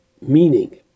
meaning